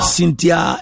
Cynthia